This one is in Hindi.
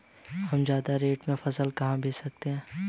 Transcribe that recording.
हम ज्यादा रेट में फसल कहाँ बेच सकते हैं?